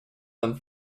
and